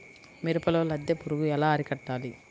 మిరపలో లద్దె పురుగు ఎలా అరికట్టాలి?